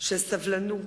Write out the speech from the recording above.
של סבלנות,